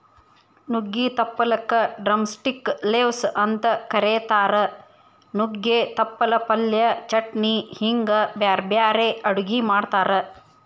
ನುಗ್ಗಿ ತಪ್ಪಲಕ drumstick leaves ಅಂತ ಕರೇತಾರ, ನುಗ್ಗೆ ತಪ್ಪಲ ಪಲ್ಯ, ಚಟ್ನಿ ಹಿಂಗ್ ಬ್ಯಾರ್ಬ್ಯಾರೇ ಅಡುಗಿ ಮಾಡ್ತಾರ